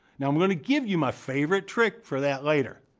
now, i'm going to give you my favorite trick for that later.